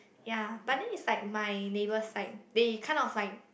ya but then it's like my neighbour's side they kind of like